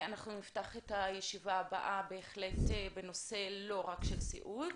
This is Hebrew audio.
אנחנו נפתח את הישיבה הבאה בהחלט בנושא לא רק של סיעוד.